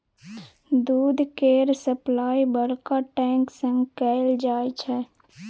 दूध केर सप्लाई बड़का टैंक सँ कएल जाई छै